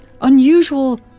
unusual